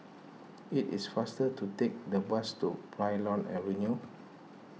it is faster to take the bus to Plymouth Avenue